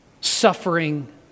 suffering